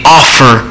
offer